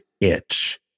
itch